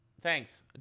Thanks